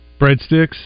Breadsticks